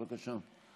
בבקשה.